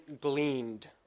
gleaned